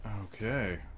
okay